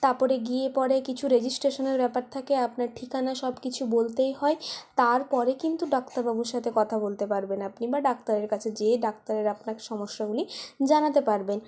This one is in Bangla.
তারপরে গিয়ে পরে কিছু রেজিস্ট্রেশনের ব্যাপার থাকে আপনার ঠিকানা সবকিছু বলতেই হয় তারপরে কিন্তু ডাক্তারবাবুর সাথে কথা বলতে পারবেন আপনি বা ডাক্তারের কাছে যেয়ে ডাক্তারের আপনার সমস্যাগুলি জানাতে পারবেন